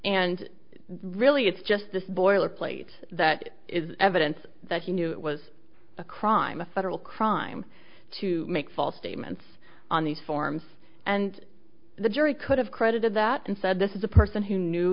and really it's just this boilerplate that is evidence that he knew it was a crime a federal crime to make false statements on these forms and the jury could have credited that and said this is a person who knew